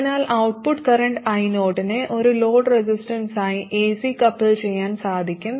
അതിനാൽ output current io നെ ഒരു ലോഡ് റെസിസ്റ്റൻസ് ആയി എസി കപ്പിൾ ചെയ്യാൻ സാധിക്കും